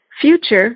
future